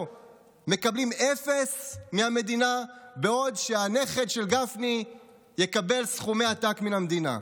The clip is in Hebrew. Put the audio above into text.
מקבלים אפס מהמדינה בעוד הנכד של גפני יקבל סכומי עתק מהמדינה,